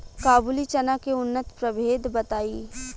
काबुली चना के उन्नत प्रभेद बताई?